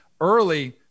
Early –